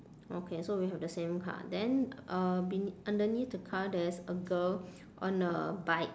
okay so we have the same car then uh bene~ underneath the car there's a girl on a bike